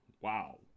wow